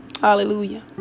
Hallelujah